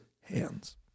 hands